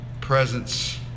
presence